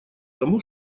тому